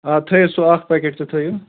آ تھٲیِو سُہ اَکھ پٮ۪کٮ۪ٹ تہِ تھٲیِو